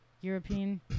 European